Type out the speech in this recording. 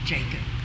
Jacob